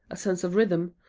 a sense of rhythm,